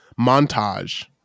montage